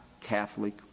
Catholic